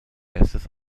erstes